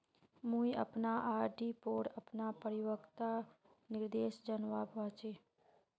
मुई अपना आर.डी पोर अपना परिपक्वता निर्देश जानवा चहची